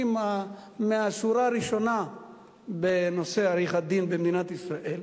מהשורה הראשונה בנושא עריכת-דין במדינת ישראל,